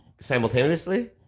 Simultaneously